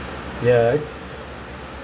I think you'll get dirty quite fast though